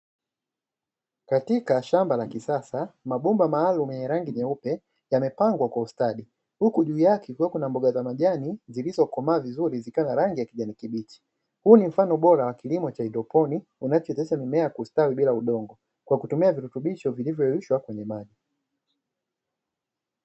Katika shamba la kisasa mabomba maalumu yenye rangi nyeupe yamepangwa kwa ustadi huku juu yake kukiwa na mboga za majani zilizokomaa vizuri zikiwa na rangi ya kijani kibichi. Huu ni mfano bora wa kilimo cha haidroponiki kinachowezesha mimea kustawi bila kutumia udongo, kwa kutumia virutubisho vilivyoyeyushwa kwenye majl.